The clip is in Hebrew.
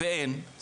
ואין.